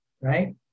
right